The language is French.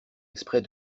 exprès